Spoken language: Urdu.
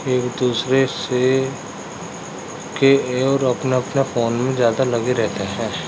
ایک دوسرے سے کے اور اپنے اپنے فون میں زیادہ لگے رہتے ہیں